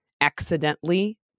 accidentally